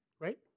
Right